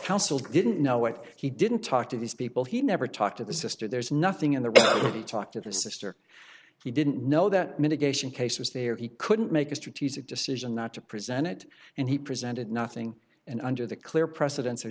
council didn't know what he didn't talk to these people he never talked to the sister there's nothing in the room to talk to the sister he didn't know that mitigation case was there he couldn't make a strategic decision not to present it and he presented nothing and under the clear precedents